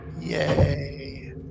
Yay